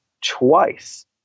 twice